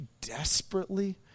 desperately